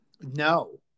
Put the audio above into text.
No